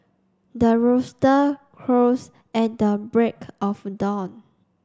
the rooster crows at the break of dawn